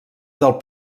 del